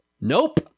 Nope